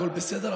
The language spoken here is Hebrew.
הכול בסדר,